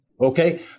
Okay